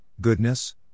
Goodness